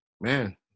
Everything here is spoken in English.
Man